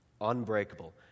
Unbreakable